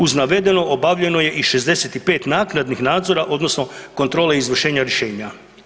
Uz navedeno obavljeno je i 65 naknadnih nadzora odnosno kontrole izvršenja rješenja.